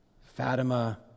Fatima